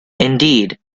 indeed